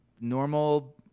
normal